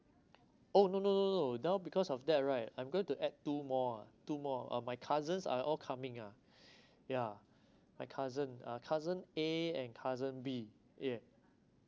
oh no no no no no no not because of that right I'm going to add two more ah two more ah my cousins are all coming ah yeah my cousin uh cousin A and cousin B eh